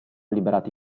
liberati